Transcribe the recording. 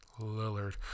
Lillard